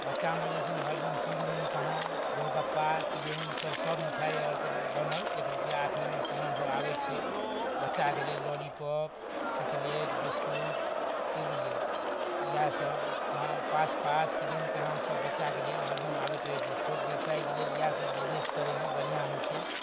बच्चामे जे छै ने हरदम किदन कहाँ गोलगप्पा किदन ओकरसब मिठाइ आओरके बनल एक रुपैआ आठ आनामे समानसब आबै छै बच्चाके लेल लॉलीपॉप चॉकलेट बिसकुट कि बुझलिए इएहसब पास पास किदन कहाँसब बच्चाके लिए हरदम आबैत रहै छै छोट बेबसाइके लेल इएहसब करैमे बढ़िआँ होइ छै